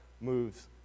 moves